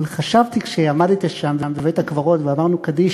אבל חשבתי, כשעמדתי שם בבית-הקברות ואמרנו קדיש